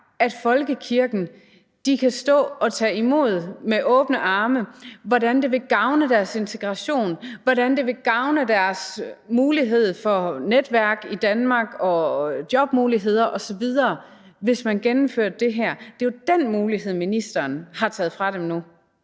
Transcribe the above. at folkekirken kan stå og tage imod med åbne arme, altså hvordan det vil gavne migranternes integration, hvordan det vil gavne deres mulighed for netværk i Danmark, jobmuligheder osv., hvis man gennemfører det her? Det er jo den mulighed, ministeren har taget fra dem nu.